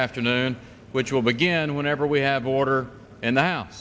afternoon which will begin whenever we have order and now